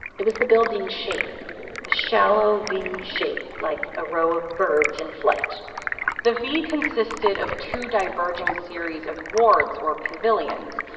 it was the building's shape a shallow v shape, like a row of birds in flight the v consisted of two diverging series of wards or pavilions.